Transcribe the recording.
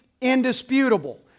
indisputable